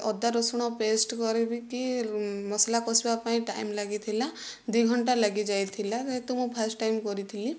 ଅଦା ରସୁଣ ପେଷ୍ଟ୍ କରିକି ବି ମସଲା କଷିବା ପାଇଁ ଟାଇମ୍ ଲାଗିଥିଲା ଦୁଇଘଣ୍ଟା ଲାଗିଯାଇଥିଲା ଯେହେତୁ ମୁଁ ଫାଷ୍ଟ୍ ଟାଇମ୍ କରିଥିଲି